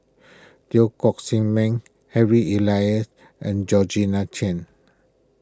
Teo Koh Sock Miang Harry Elias and Georgette Chen